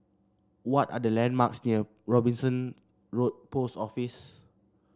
what are the landmarks near Robinson Road Post Office